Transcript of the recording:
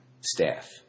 staff